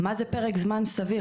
מה זה פרק זמן סביר?